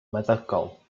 meddygol